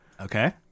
Okay